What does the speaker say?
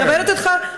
אני מדברת אתך.